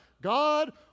God